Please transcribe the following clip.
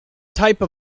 type